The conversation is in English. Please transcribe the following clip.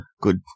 good